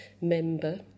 member